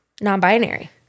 non-binary